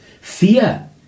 Fear